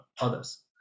others